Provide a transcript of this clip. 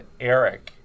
Eric